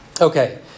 Okay